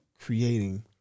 creating